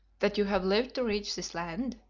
that you have lived to reach this land?